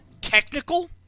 Technical